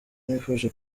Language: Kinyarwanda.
nifuje